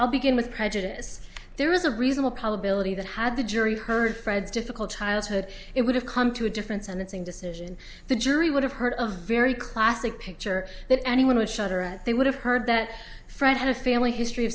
i'll begin with prejudice there is a reasonable probability that had the jury heard fred's difficult childhood it would have come to a different sentencing decision the jury would have heard of very classic picture that anyone would shudder at they would have heard that fred had a family history of